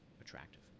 attractive